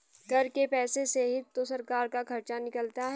कर के पैसे से ही तो सरकार का खर्चा निकलता है